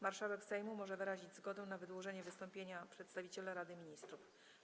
Marszałek Sejmu może wyrazić zgodę na wydłużenie wystąpienia przedstawiciela Rady Ministrów.